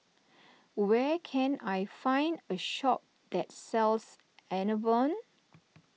where can I find a shop that sells Enervon